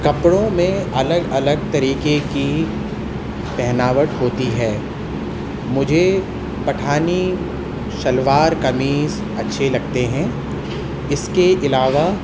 کپڑوں میں الگ الگ طریقے کی پہناوٹ ہوتی ہے مجھے پٹھانی شلوار قمیص اچھے لگتے ہیں اس کے علاوہ